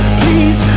please